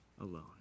alone